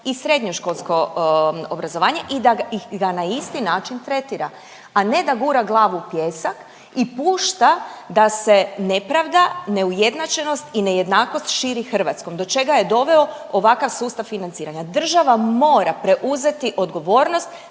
i srednjoškolsko obrazovanje i da ga na isti način tretira, a ne da gura glavu u pijesak i pušta da se nepravda, neujednačenost i nejednakost širi Hrvatskom, do čega je doveo ovakav sustav financiranja. Država mora preuzeti odgovornost